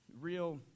real